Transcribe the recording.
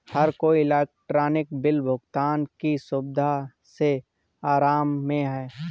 हर कोई electronic bill भुगतान की सुविधा से आराम में है